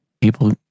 people